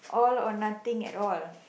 all or nothing at all